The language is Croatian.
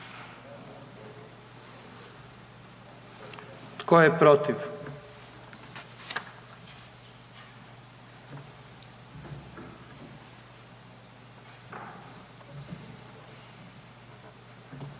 tko je protiv?